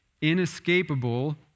inescapable